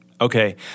Okay